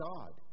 God